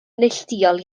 neilltuol